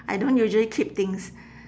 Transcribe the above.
I don't usually keep things